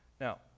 Now